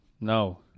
No